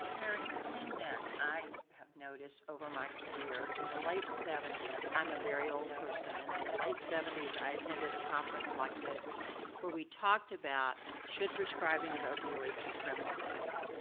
larry, the thing that i have noticed over my career, in the late seventy s, i'm a very old person, and in the late seventy s, i attended a conference like this where we talked about should prescribing of opioids be criminalized?